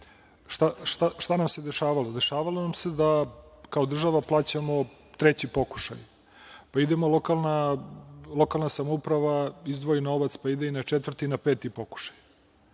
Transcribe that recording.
Šta nam se dešavalo? Dešavalo nam se da kao država plaćamo treći pokušaj, pa lokalna samouprava izdvoji novac, pa ide i na četvrti i na peti pokušaj,